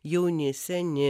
jauni seni